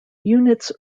units